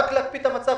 רק להקפיא את המצב,